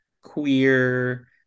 queer